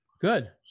Good